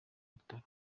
bitaro